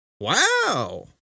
Wow